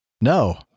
no